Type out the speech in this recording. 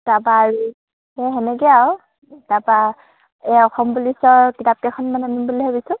তাৰপৰা আৰু সেই সেনেকৈ আৰু তাৰপৰা এই অসম পুলিচৰ কিতাপ কেইখনমান আনিম বুলি ভাবিছোঁ